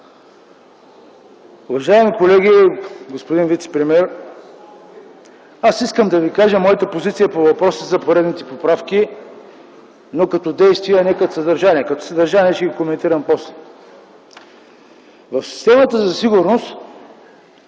Уважаеми колеги, господин вицепремиер, аз искам да ви кажа моята позиция по въпроса за поредните поправки, но като действие, а не като съдържание. Като съдържание ще ги коментирам после. В системата за сигурност,